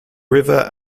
river